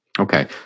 Okay